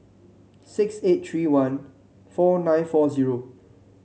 six eight three one four nine four zero